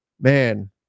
Man